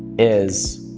is